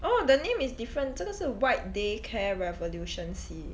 oh the name is different 这个是 white day care revolution C